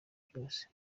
byose